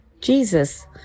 Jesus